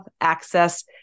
access